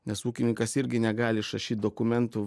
nes ūkininkas irgi negali išrašyt dokumentų